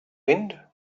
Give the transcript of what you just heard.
wind